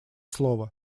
слово